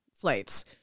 flights